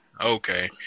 okay